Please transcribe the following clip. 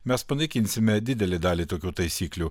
mes panaikinsime didelę dalį tokių taisyklių